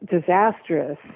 disastrous